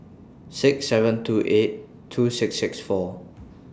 six seven two eight two six six four